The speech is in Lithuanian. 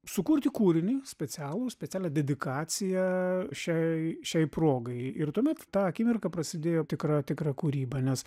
sukurti kūrinį specialų specialią dedikaciją šiai šiai progai ir tuomet tą akimirką prasidėjo tikra tikra kūryba nes